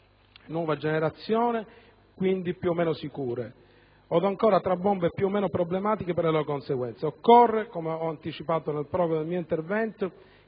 nuova generazione, quindi più o meno sicure o, ancora, tra bombe più o meno problematiche per le loro conseguenze. Occorre, come ho anticipato nel prologo del mio intervento,